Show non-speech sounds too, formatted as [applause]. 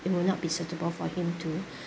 it will not be suitable for him to [breath]